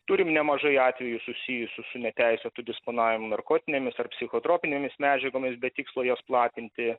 turim nemažai atvejų susijusių su neteisėtu disponavimu narkotinėmis ar psichotropinėmis medžiagomis be tikslo jas platinti